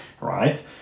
right